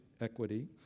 equity